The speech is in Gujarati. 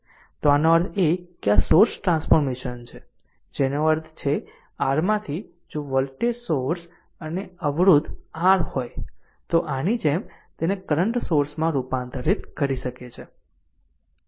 તો આનો અર્થ એ છે કે આ સોર્સ ટ્રાન્સફોર્મેશન છે જેનો અર્થ છે r માંથી જો વોલ્ટેજ સોર્સ અને અવરોધ R હોય તો આની જેમ તેને કરંટ સોર્સમાં રૂપાંતરિત કરી શકે છે